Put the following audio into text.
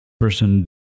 person